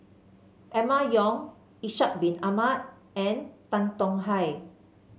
Emma Yong Ishak Bin Ahmad and Tan Tong Hye